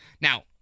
Now